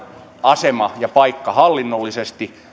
asema ja paikka hallinnollisesti